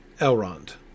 Elrond